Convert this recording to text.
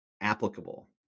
applicable